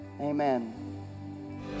Amen